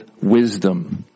wisdom